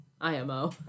IMO